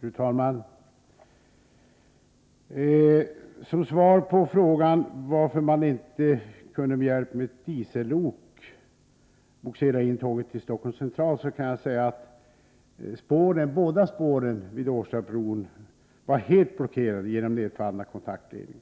Fru talman! Som svar på frågan varför man inte kunde bogsera in tåget till Stockholms Central med hjälp av ett diesellok, kan jag säga att båda spåren vid Årstabron var helt blockerade av den nedfallna kontaktledningen.